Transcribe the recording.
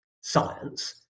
science